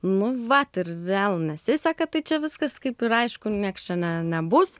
nu vat ir vėl nesiseka tai čia viskas kaip ir aišku nieks čia ne nebus